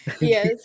Yes